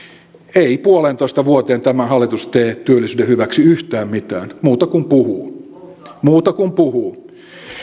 ei puoleentoista vuoteen tämä hallitus tee työllisyyden hyväksi yhtään mitään muuta kuin puhuu muuta kuin puhuu